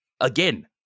Again